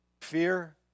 fear